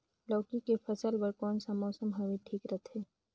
लौकी के फसल बार कोन सा मौसम हवे ठीक रथे?